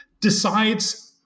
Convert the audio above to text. decides